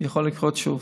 יכול לקרות שוב.